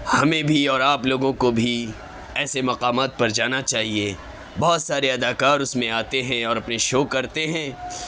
ہمیں بھی اور آپ لوگوں کو بھی ایسے مقامات پر جانا چاہیے بہت سارے اداکار اس میں آتے ہیں اور اپنے شو کرتے ہیں